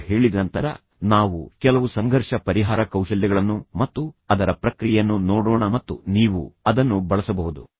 ಇದನ್ನು ಹೇಳಿದ ನಂತರ ನಾವು ಕೆಲವು ಸಂಘರ್ಷ ಪರಿಹಾರ ಕೌಶಲ್ಯಗಳನ್ನು ಮತ್ತು ಅದರ ಪ್ರಕ್ರಿಯೆಯನ್ನು ನೋಡೋಣ ಮತ್ತು ನೀವು ಅದನ್ನು ಬಳಸಬಹುದು